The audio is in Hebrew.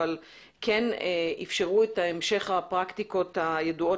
אבל כן אפשרו את המשך הפרקטיקות הידועות